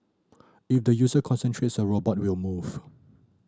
if the user concentrates a robot will move